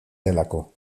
delako